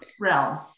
realm